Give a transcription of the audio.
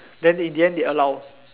then in the end they allow